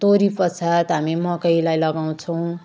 तोरी पश्चात हामी मकैलाई लगाउँछौँ